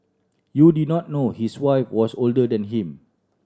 you did not know his wife was older than him